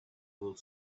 would